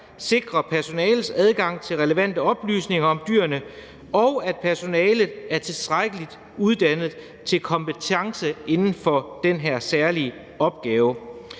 sikre personalets adgang til relevante oplysninger om dyrene, og at personalet er tilstrækkeligt uddannet til at have kompetence inden for den her særlige opgave.